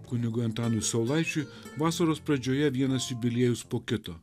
kunigui antanui saulaičiui vasaros pradžioje vienas jubiliejus po kito